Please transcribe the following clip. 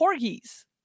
corgis